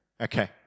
Okay